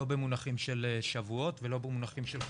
לא במונחים של שבועות ולא במונחים של חודשים.